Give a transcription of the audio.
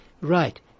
right